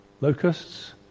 locusts